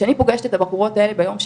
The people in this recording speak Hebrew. כשאני פוגשת את הבחורות האלה, ביום שאחרי,